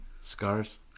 scars